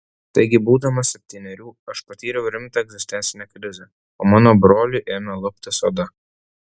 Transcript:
taigi būdamas septynerių aš patyriau rimtą egzistencinę krizę o mano broliui ėmė luptis oda